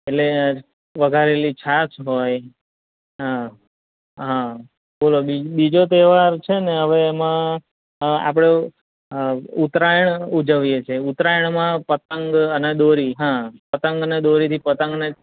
એટલે વઘારેલી છાશ હોય હં હં બોલો બીજો બીજો તહેવાર છે ને એમાં આપણે ઉત્તરાયણ ઉજવીએ છીએ ઉત્તરાયણમાં પતંગ અને દોરી હં પતંગ અને દોરીથી પતંગને